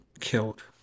killed